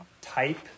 type